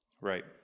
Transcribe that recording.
Right